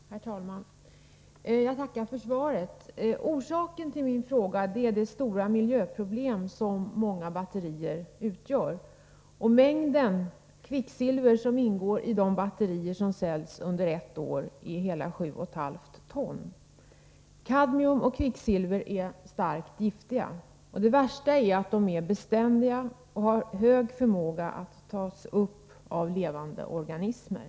Herr talman! Jag tackar jordbruksministern för svaret. Orsaken till min fråga är det stora miljöproblem som många batterier utgör. Hela 7,5 ton kvicksilver ingår i de batterier som säljs under ett år. Kadmium och kvicksilver är mycket giftiga tungmetaller. Det värsta är att de är beständiga och att de i stor utsträckning tas upp av levande organismer.